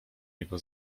jego